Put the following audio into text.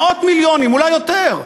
מאות מיליונים, אולי יותר.